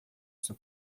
seu